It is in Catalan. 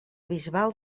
bisbal